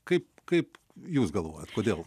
kaip kaip jūs galvojat kodėl